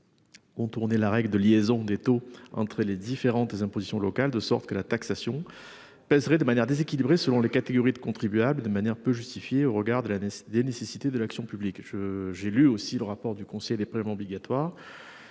j'ai lu aussi le rapport du Conseil des prélèvements obligatoires.